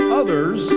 others